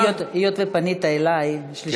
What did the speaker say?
פעם, היות שפנית אלי, כן.